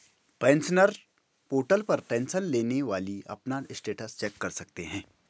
pensioners portal पर tension लेने वाली अपना स्टेटस चेक कर सकते हैं